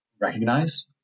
recognize